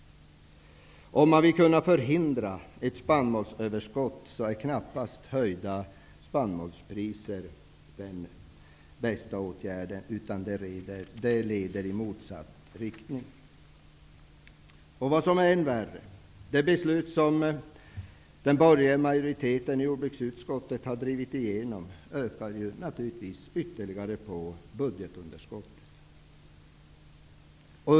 Om man vill förhindra ett spannmålsöverskott är knappast en höjning av spannmålspriser den bästa åtgärden, utan den leder i motsatt riktning. Vad som är än värre är att det beslut, som den borgerliga majoriteten i jordbruksutskottet har drivit igenom, naturligtvis ökar budgetunderskottet.